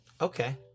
Okay